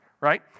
right